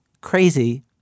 crazy